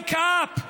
Wake up.